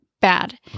bad